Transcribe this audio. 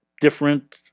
Different